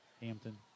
Hampton